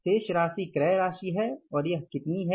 शेष राशि क्रय राशि है और यह कितनी है